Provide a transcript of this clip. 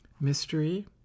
mystery